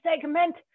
segment